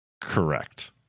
Correct